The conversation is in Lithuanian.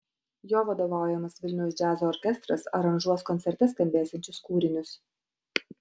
jo vadovaujamas vilniaus džiazo orkestras aranžuos koncerte skambėsiančius kūrinius